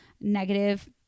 negative